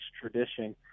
tradition